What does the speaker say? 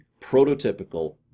prototypical